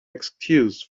excuse